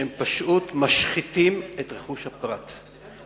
שהם פשוט משחיתים את רכוש הפרט,